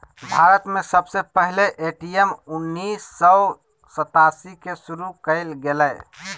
भारत में सबसे पहले ए.टी.एम उन्नीस सौ सतासी के शुरू कइल गेलय